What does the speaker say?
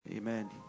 Amen